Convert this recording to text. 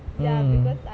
mm